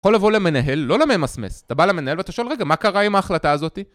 יכול לבוא למנהל, לא לממסמס. אתה בא למנהל ואתה שואל, רגע, מה קרה עם ההחלטה הזאתי?